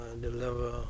Deliver